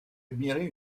admirer